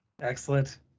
Excellent